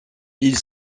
ils